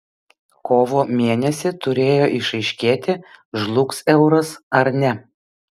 kovo mėnesį turėjo išaiškėti žlugs euras ar ne